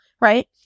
right